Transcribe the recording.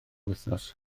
wythnos